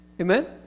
Amen